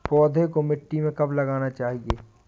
पौधें को मिट्टी में कब लगाना चाहिए?